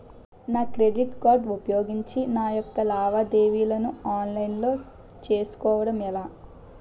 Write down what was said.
నా credit card ఉపయోగించి నా యెక్క లావాదేవీలను ఆన్లైన్ లో చేసుకోవడం ఎలా?